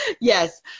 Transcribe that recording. Yes